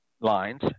lines